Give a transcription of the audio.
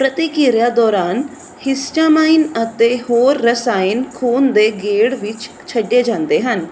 ਪ੍ਰਤੀਕਿਰਿਆ ਦੌਰਾਨ ਹਿਸਟਾਮਾਈਨ ਅਤੇ ਹੋਰ ਰਸਾਇਣ ਖ਼ੂਨ ਦੇ ਗੇੜ ਵਿੱਚ ਛੱਡੇ ਜਾਂਦੇ ਹਨ